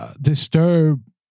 Disturb